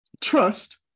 trust